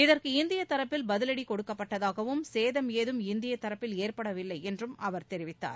இதற்கு இந்திய தரப்பில் பதிவடி கொடுக்கப்பட்டதாகவும் சேதம் ஏதும் இந்திய தரப்பில் ஏற்படவில்லை என்றும் அவர் தெரிவித்தார்